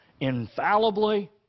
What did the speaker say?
infallibly